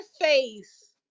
face